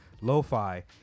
lo-fi